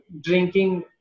drinking